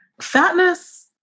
fatness